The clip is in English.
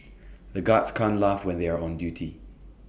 the guards can't laugh when they are on duty